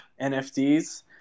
NFTs